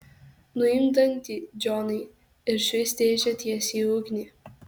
nuimk dangtį džonai ir šveisk dėžę tiesiai į ugnį